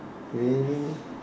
really